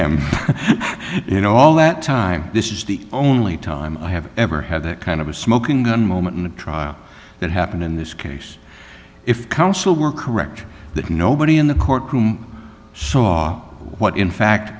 am you know all that time this is the only time i have ever had that kind of a smoking gun moment in the trial that happened in this case if counsel were correct that nobody in the courtroom saw what in fact